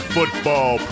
Football